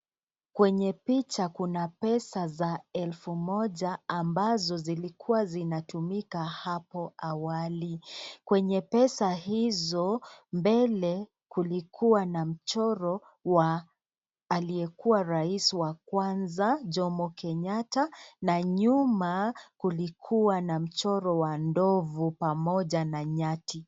Kwenye picha kuna pesa za elfu moja, ambazo zilikuwa zikitumika hapo awali. Kwenye pesa hizo, mbele kulikuwa na mchoro wa aliyekuwa rais wa kwanza, Jomo Kenyatta, na nyuma kulikuwa na mchoro wa ndovu pamoja na nyati.